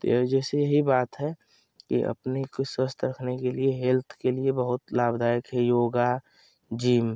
तो ये जैसे ही बात है कि अपनी को स्वास्थ्य रखने के लिए हेल्थ के लिए बहुत लाभदायक है योग जिम